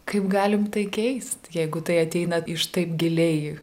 kaip galim tai keist jeigu tai ateina iš taip giliai